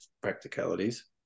practicalities